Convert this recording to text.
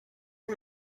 and